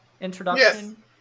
introduction